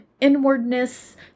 inwardness